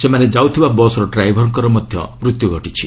ସେମାନେ ଯାଉଥିବା ବସ୍ର ଡ୍ରାଇଭର୍ର ମଧ୍ୟ ମୃତ୍ୟୁ ଘଟିଛି